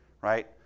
right